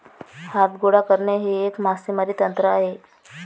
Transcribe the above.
हात गोळा करणे हे एक मासेमारी तंत्र आहे